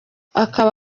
akaba